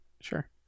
sure